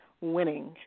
winning